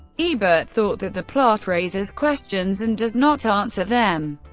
ebert thought that the plot raises questions and does not answer them,